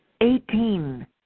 eighteen